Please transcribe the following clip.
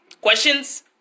questions